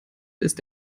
ist